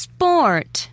Sport